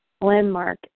Landmark